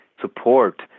support